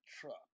truck